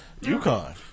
UConn